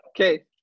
Okay